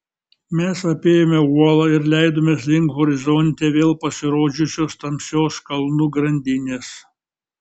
mes apėjome uolą ir leidomės link horizonte vėl pasirodžiusios tamsios kalnų grandinės